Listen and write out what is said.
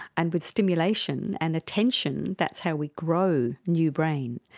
and with stimulation and attention, that's how we grow new brain.